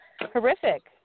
horrific